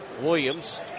Williams